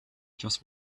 just